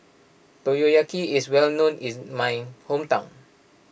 Motoyaki is well known in my hometown